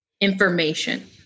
information